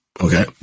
Okay